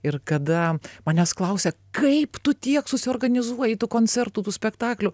ir kada manęs klausia kaip tu tiek susiorganizuoji tų koncertų tų spektaklių